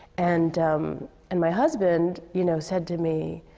and and my husband, you know, said to me,